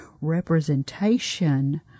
representation